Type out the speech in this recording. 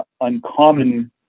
uncommon